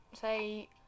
say